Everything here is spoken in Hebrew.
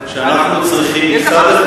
שאנחנו צריכים,